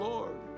Lord